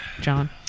John